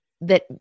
that-